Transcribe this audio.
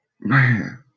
Man